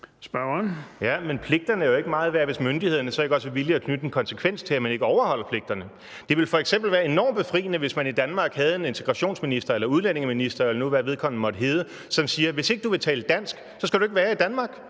Ja, men pligterne er jo ikke meget værd, hvis myndighederne så ikke også har vilje til at knytte en konsekvens til, at man ikke overholder pligterne. Det ville f.eks. være enormt befriende, hvis man i Danmark havde en integrationsminister eller en udlændingeminister, eller hvad vedkommende nu måtte blive kaldt, som sagde: Hvis ikke du vil tale dansk, så skal du ikke være i Danmark.